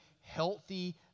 healthy